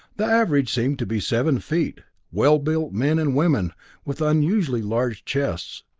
the average seemed to be seven feet well-built men and women with unusually large chests,